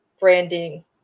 branding